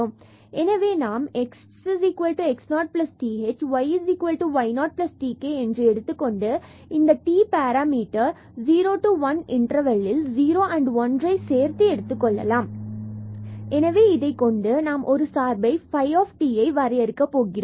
எனவே நாம் xx0th and yy0tk என்று எடுத்துக் கொண்டு இந்த t parameter 0 1 interval o and 1 சேர்த்து எடுத்துக்கொள்ளலாம் எனவே இதைக் கொண்டு நாம் ஒரு சார்பை phi tஐ வரையறுக்க போகிறோம் fx0thyotk